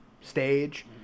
stage